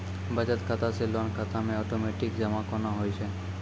बचत खाता से लोन खाता मे ओटोमेटिक जमा केना होय छै?